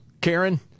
Karen